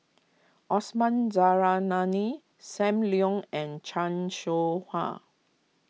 Osman Zairalani Sam Leong and Chan Soh Ha